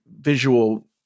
visual